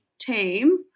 team